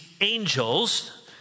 angels